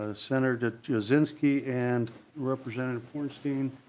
ah sen. jasinski and representative hornstein.